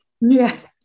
Yes